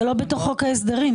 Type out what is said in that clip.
זה לא בחוק ההסדרים.